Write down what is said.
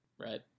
Right